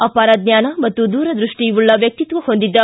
ಅಪಾರ ಜ್ಞಾನ ಹಾಗೂ ದೂರದೃಷ್ಟಿ ಉಳ್ಳ ವ್ಯಕ್ತಿತ್ವ ಹೊಂದಿದ್ದ